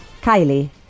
kylie